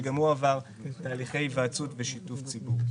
שגם עבר תהליכי היוועצות ושיתוף ציבור.